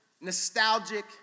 nostalgic